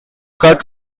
cut